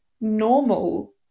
normal